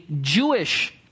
Jewish